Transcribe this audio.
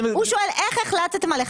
הוא שואל איך החלטתם על 1.5%,